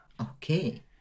Okay